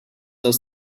does